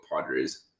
Padres